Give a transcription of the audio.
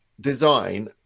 design